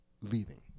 leaving